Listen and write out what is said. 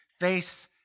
face